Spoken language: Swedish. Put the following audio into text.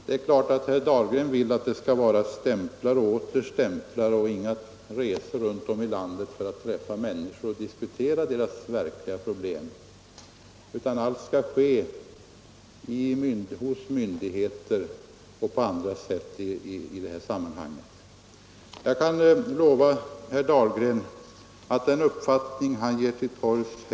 Herr Dahlgren vill tydligen att det bara skall vara stämplar och åter stämplar men inga resor runt om i landet för att träffa människor och diskutera deras verkliga problem, utan allt skall ske hos myndigheter och institutioner. Jag kan lova herr Dahlgren att jag icke kommer att följa de rekommendationer han här för till torgs.